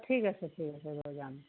ঠিক আছে ঠিক আছে লৈ যাম